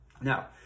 Now